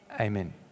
Amen